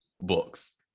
books